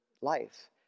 life